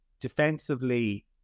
defensively